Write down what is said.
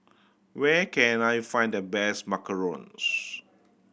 where can I find the best macarons